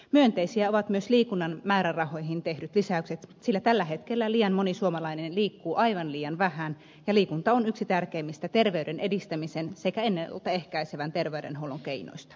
myönteisiä ovat myös liikunnan määrärahoihin tehnyt lisäykset sillä tällä hetkellä liian moni suomalainen liikkuu aivan liian vähän ja liikunta on yksi tärkeimmistä terveyden edistämisen sekä ennalta ehkäisevän terveydenhuollon keinoista